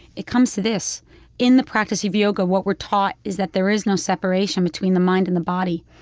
it comes to this in the practice of yoga what we're taught is that there is no separation between the mind and the body,